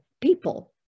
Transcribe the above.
people